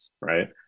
right